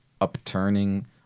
upturning